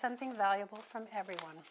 something valuable from everyone